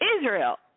Israel